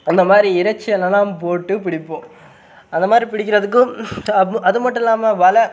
அந்த மாதிரி இறைச்சியெல்லாலாம் போட்டு பிடிப்போம் அந்த மாதிரி பிடிக்கிறதுக்கும் அது மட் அது மட்டும் இல்லாமல் வலை